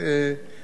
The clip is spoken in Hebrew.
משרד התחבורה,